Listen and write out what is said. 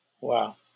Wow